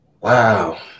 Wow